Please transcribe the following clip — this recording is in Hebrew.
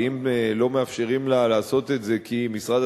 ואם לא מאפשרים לה לעשות את זה כי משרד